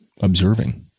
observing